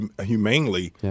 humanely